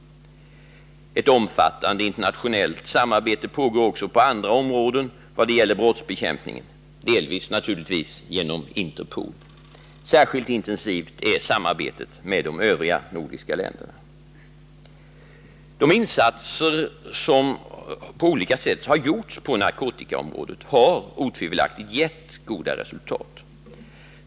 Ett omfattande internationellt samarbete pågår också på andra områden i vad gäller brottsbekämpningen, delvis naturligtvis genom Interpol. Särskilt intensivt är samarbetet med de övriga nordiska länderna. De insatser som på olika sätt har gjorts på narkotikaområdet har otvivelaktigt gett goda resultat.